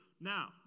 Now